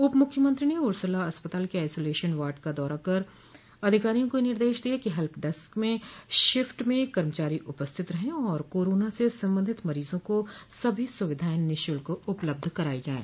उप मुख्यमंत्री ने उर्सला अस्पताल के आइसोलेशन वार्ड का दौरा कर अधिकारियों को निर्देश दिये कि हेल्प डेस्क में शिफ्ट में कर्मचारी उपस्थित रहें और कोरोना से संबंधित मरीजों को सभी स्विधाएं निःशूल्क उपलब्ध कराई जायें